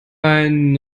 ein